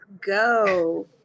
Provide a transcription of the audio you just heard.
go